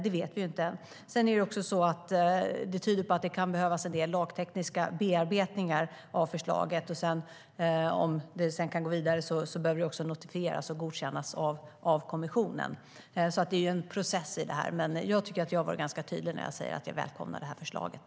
Det tyder på att det kan behövas en del lagtekniska bearbetningar av förslaget. För att det ska kunna gå vidare behöver det notifieras och godkännas av kommissionen. Det är en process. Jag tycker att jag har varit ganska tydlig när jag sagt att jag välkomnar förslaget.